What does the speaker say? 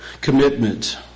commitment